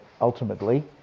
ultimately